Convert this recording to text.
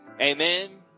Amen